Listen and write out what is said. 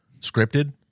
scripted